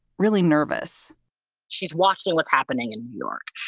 really nervous she's watching what's happening in new york.